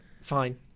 fine